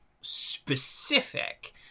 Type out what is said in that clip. specific